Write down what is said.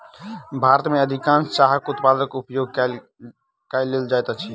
भारत में अधिकाँश चाहक उत्पाद उपयोग कय लेल जाइत अछि